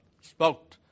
spoke